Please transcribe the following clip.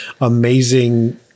amazing